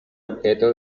objeto